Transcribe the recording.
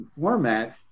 format